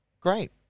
Great